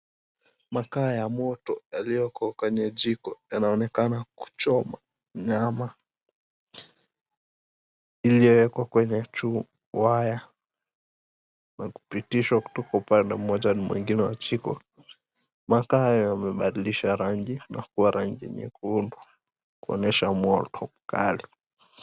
Makaa ya moto yaliyowekwa kwenye jiko yanaonekana kuchoma nyama iliyowekwa kwenye waya na kupitishwa kutoka upande moja na mwingine wa jiko. Makaa yamebadilisha rangi na kukuwa rangi nyekundu kuonyesha moto kali.